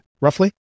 roughly